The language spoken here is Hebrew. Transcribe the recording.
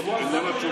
זאת איננה תשובה.